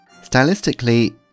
Stylistically